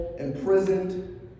Imprisoned